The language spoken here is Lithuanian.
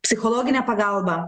psichologinė pagalba